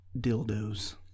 dildos